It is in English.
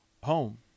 home